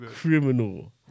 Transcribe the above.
criminal